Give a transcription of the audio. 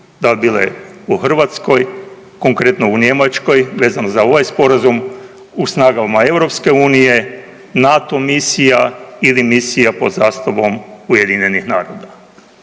da li bile u Hrvatskoj, konkretno u Njemačkoj vezano za ovaj Sporazum, u snagama Europske unije, NATO misija ili misija pod zastavom Ujedinjenih naroda.